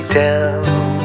down